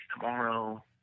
tomorrow